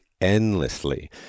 endlessly